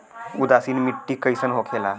उदासीन मिट्टी कईसन होखेला?